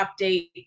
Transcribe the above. update